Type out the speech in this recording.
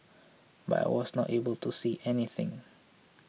but I was not able to see anything